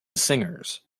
singers